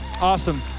Awesome